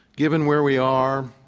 given where we are,